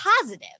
positive